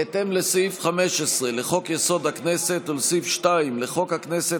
בהתאם לסעיף 15 לחוק-יסוד: הכנסת ולסעיף 2 לחוק הכנסת,